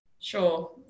sure